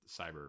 Cyber